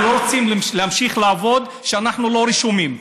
אנחנו לא רוצים להמשיך לעבוד כשאנחנו לא רשומים.